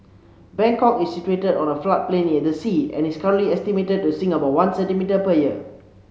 Bangkok is situated on a floodplain near the sea and is currently estimated to sink about one centimetre per year